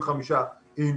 75 אינץ',